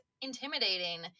intimidating